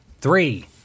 Three